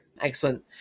Excellent